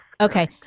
Okay